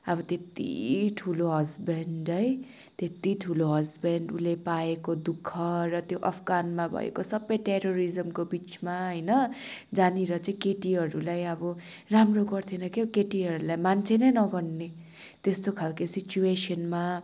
अब त्यति ठुलो हसबेन्ड है त्यति ठुलो हसबेन्ड उसले पाएको दुःख र त्यो अफगानमा भएको सब टेरोरिज्मको बिचमा होइन जहाँनेर चाहिँ केटीहरूलाई अब राम्रो गर्थेन क्या हो केटीहरूलाई मान्छे नै नगन्ने त्यस्तो खाले सिचवेसनमा